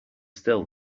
still